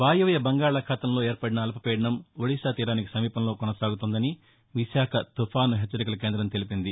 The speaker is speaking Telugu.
వాయువ్య బంగాళాఖాతంలో ఏర్పడిన అల్పపీడనం ఒడిషా తీరానికి సమీపంలో కొనసాగుతోందని విశాఖ తుపాను హెచ్చరికల కేంద్రం తెలిపింది